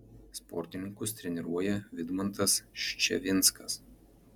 sportininkus treniruoja vidmantas ščevinskas